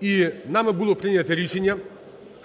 І нами було прийнято рішення,